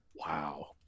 wow